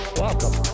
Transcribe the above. welcome